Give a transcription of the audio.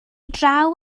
draw